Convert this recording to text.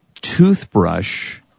toothbrush